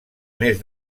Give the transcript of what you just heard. més